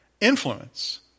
influence